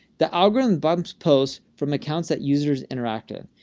the algorithm bumps posts from accounts that users interact ah